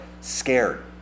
scared